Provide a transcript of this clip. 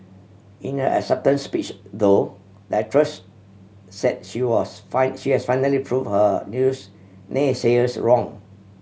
in her acceptance speech though the actress said she was she has finally prove her naysayers wrong